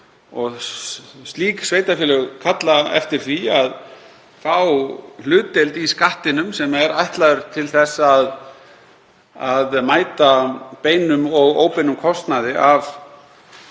og slík sveitarfélög kalla eftir því að fá hlutdeild í skattinum sem er ætlaður til þess að mæta beinum og óbeinum kostnaði